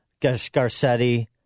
Garcetti